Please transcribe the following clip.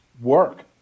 work